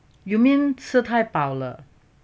you mean 吃太饱了